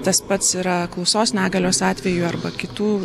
tas pats yra klausos negalios atveju arba kitų